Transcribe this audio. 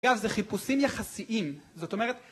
אגב, זה חיפושים יחסיים, זאת אומרת...